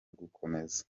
gukomeza